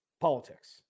Politics